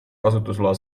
kasutusloa